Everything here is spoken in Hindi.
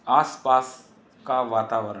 आसपास का वातावरण